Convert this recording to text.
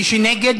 ומי שנגד,